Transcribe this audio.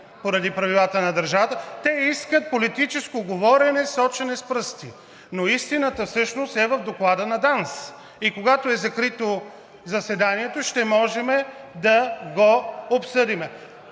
поради правилата на държавата, те искат политическо говорене, сочене с пръсти, но истината всъщност е в доклада на ДАНС и когато е закрито заседанието, ще може да го обсъдим.